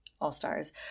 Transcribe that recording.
All-Stars